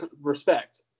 respect